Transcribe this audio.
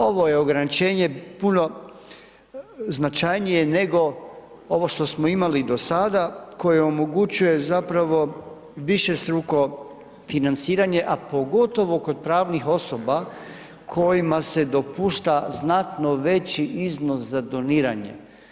Ovo je ograničenje puno značajnije, nego ovo što smo imali do sada, koje omogućuje zapravo višestruko financiranje a pogotovo kod pravnih osoba kojima se dopušta znatno veće iznos za doniranje.